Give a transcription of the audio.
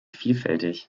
vielfältig